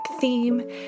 theme